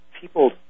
people